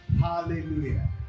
Hallelujah